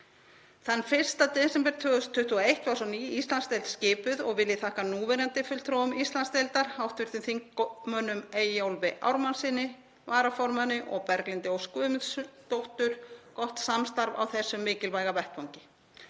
Þann 1. desember 2021 var svo ný Íslandsdeild skipuð og vil ég þakka núverandi fulltrúum Íslandsdeildar, hv. þingmönnum Eyjólfi Ármannssyni, varaformanni, og Berglindi Ósk Guðmundsdóttur gott samstarf á þessum mikilvæga vettvangi.